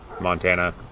Montana